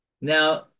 Now